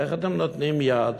איך אתם נותנים יד